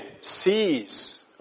sees